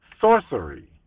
sorcery